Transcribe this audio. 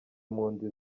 impunzi